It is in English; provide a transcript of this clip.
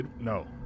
No